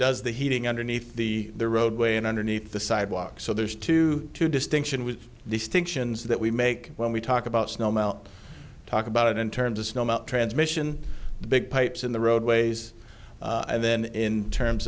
does the heating underneath the roadway and underneath the sidewalk so there's two to distinction with distinctions that we make when we talk about snow melt talk about it in terms of snow melt transmission big pipes in the roadways and then in terms